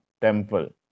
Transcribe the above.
temple